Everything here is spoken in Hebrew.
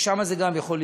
שגם שם זה יכול להתעכב,